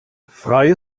freie